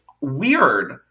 weird